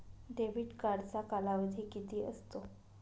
Debit कार्डचा कालावधी किती असतो?